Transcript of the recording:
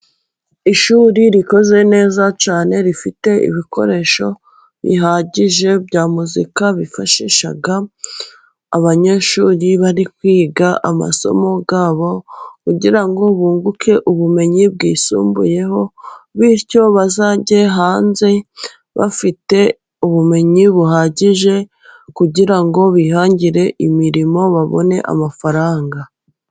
Ishuri rikoze neza cyane rifite ibikoresho bihagije bya muzika bifashisha. Abanyeshuri bari kwiga amasomo yabo kugira ngo bunguke ubumenyi bwisumbuyeho, bityo bazajye hanze bafite ubumenyi buhagije, kugira ngo bihangire imirimo babone amafaranga.